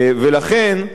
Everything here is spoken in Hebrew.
ולכן,